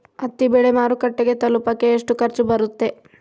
ಹತ್ತಿ ಬೆಳೆ ಮಾರುಕಟ್ಟೆಗೆ ತಲುಪಕೆ ಎಷ್ಟು ಖರ್ಚು ಬರುತ್ತೆ?